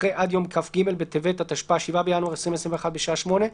אחרי "עד יום כ"ג בטבת התשפ"א (7 בינואר 2021) בשעה 20:00"